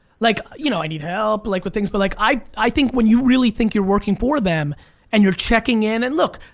like you know i need help like with things, but like i i think when you really think you're working for them and you're checking in and look,